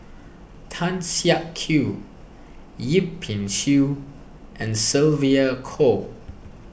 Tan Siak Kew Yip Pin Xiu and Sylvia Kho